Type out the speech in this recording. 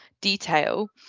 detail